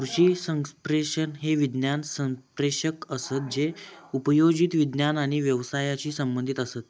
कृषी संप्रेषक हे विज्ञान संप्रेषक असत जे उपयोजित विज्ञान आणि व्यवसायाशी संबंधीत असत